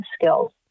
skills